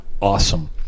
awesome